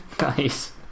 Nice